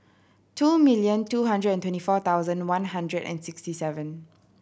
two million two hundred and twenty four thousand one hundred and sixty seven